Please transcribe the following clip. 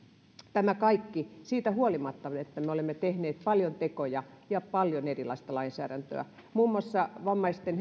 tämä kaikki siitä huolimatta että me olemme tehneet paljon tekoja ja paljon erilaista lainsäädäntöä muun muassa vammaisten